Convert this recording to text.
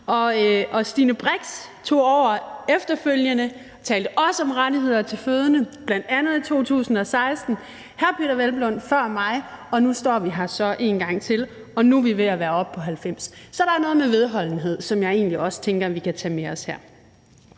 Stine Brix tog efterfølgende over og talte også om rettigheder til fødende, bl.a. i 2016, og hr. Peder Hvelplund før mig, og nu står vi her så en gang til, og nu er vi ved at være oppe på 90 mandater. Så der er her noget med vedholdenhed, som jeg egentlig også tænker at vi kan tage med os –